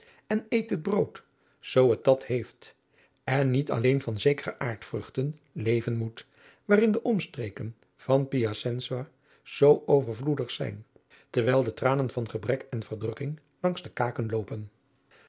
en eet het brood zoo het dat heeft en niet alleen van zekere aardvruchten leven moet waarin de omstreken van piacensa zoo overvloedig zijn terwijl de tranen van gebrek en verdrukking langs de kaken loopen